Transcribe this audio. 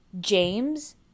James